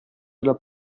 della